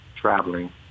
traveling